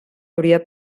hauria